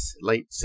late